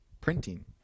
printing